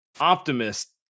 Optimist